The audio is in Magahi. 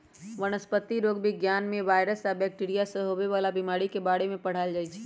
वनस्पतिरोग विज्ञान में वायरस आ बैकटीरिया से होवे वाला बीमारी के बारे में पढ़ाएल जाई छई